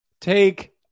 Take